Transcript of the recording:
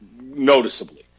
noticeably